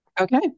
Okay